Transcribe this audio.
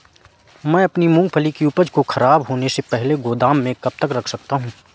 मैं अपनी मूँगफली की उपज को ख़राब होने से पहले गोदाम में कब तक रख सकता हूँ?